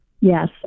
Yes